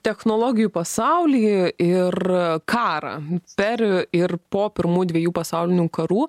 technologijų pasaulį ir karą per ir po pirmų dviejų pasaulinių karų